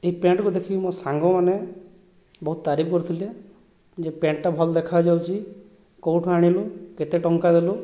ଏଇ ପ୍ୟାଣ୍ଟକୁ ଦେଖିକି ମୋ ସାଙ୍ଗମାନେ ବହୁତ ତାରିଫ କରିଥିଲେ ଯେ ପ୍ୟାଣ୍ଟଟା ଭଲ ଦେଖାଯାଉଛି କେଉଁଠୁ ଆଣିଲୁ କେତେ ଟଙ୍କା ଦେଲୁ